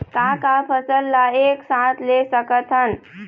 का का फसल ला एक साथ ले सकत हन?